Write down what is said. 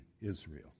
Israel